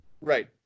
Right